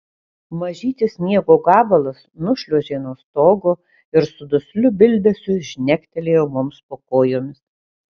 mažytis sniego gabalas nušliuožė nuo stogo ir su dusliu bildesiu žnektelėjo mums po kojomis